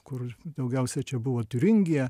kur daugiausiai čia buvo tiuringija